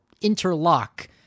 interlock